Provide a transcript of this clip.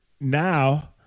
Now